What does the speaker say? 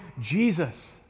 Jesus